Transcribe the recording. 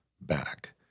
back